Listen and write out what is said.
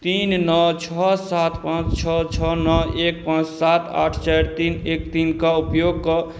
तीन नओ छओ सात पाँच छओ छओ नओ एक पाँच सात आठ चारि तीन एक तीनके उपयोग कऽ